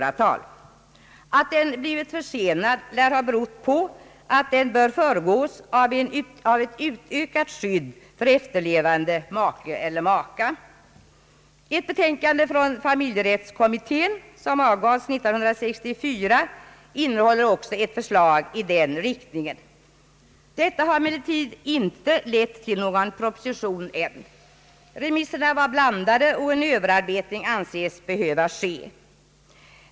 Att den blivit försenad lär ha berott på att den borde föregås av ett utvidgat skydd för efterlevande make eller maka. Ett betänkande från familjerättskommittén som avgavs 1964 innehåller också ett förslag i den riktningen. Detta har emellertid ännu inte lett till någon proposition. Remisserna var »blandade», och en överarbetning anses böra ske.